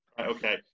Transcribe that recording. Okay